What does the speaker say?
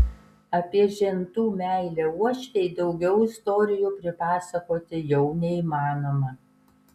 apie žentų meilę uošvei daugiau istorijų pripasakoti jau neįmanoma